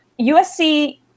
USC –